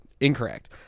incorrect